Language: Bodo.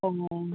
अह